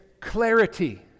clarity